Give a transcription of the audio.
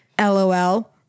LOL